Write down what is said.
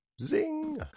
Zing